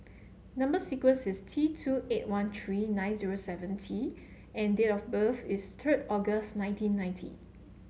number sequence is T two eight one three nine zero seven T and date of birth is third August nineteen ninety